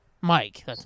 Mike